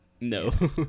no